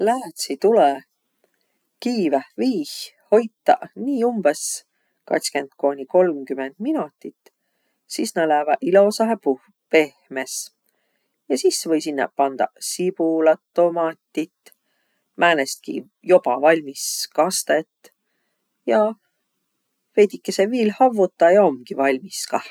Läätsi tulõ kiiväh viih hoitaq nii umbõs katskend kooniq kolmkümend minotit. Sis nä lääväq ilosahe puh- pehmes. Ja sis või sinnäq pandaq sibulat, tomatit, määnestki joba valmis kastõt. Ja veidikese viil havvutaq ja omgiq valmis kah.